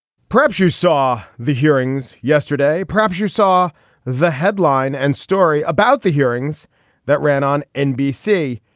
perhaps you saw the hearings yesterday. perhaps you saw the headline and story about the hearings that ran on nbc.